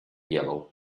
yellow